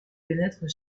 pénètrent